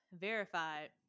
verified